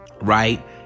right